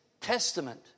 testament